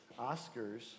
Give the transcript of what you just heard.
Oscars